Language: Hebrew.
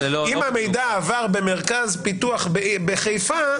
אם המידע עבר במרכז פיתוח בחיפה,